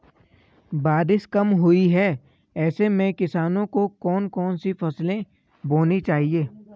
बारिश कम हुई है ऐसे में किसानों को कौन कौन सी फसलें बोनी चाहिए?